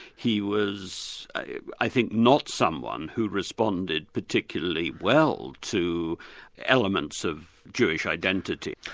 he was i think not someone who responded particularly well to elements of jewish identity.